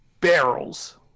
barrels